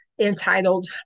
entitled